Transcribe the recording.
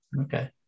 Okay